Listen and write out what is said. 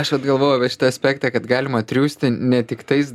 aš vat galvojau apie šitą aspektą kad galima triūsti ne tik tais